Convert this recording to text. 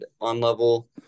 on-level